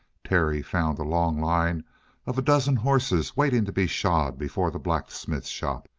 terry found a long line of a dozen horses waiting to be shod before the blacksmith shop.